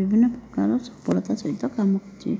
ବିଭିନ୍ନ ପ୍ରକାର ସଫଳତା ସହିତ କାମ କରୁଛି